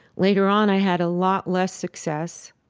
later on, i had a lot less success,